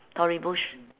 tory burch